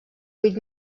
vuit